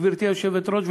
גברתי היושבת-ראש,